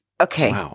Okay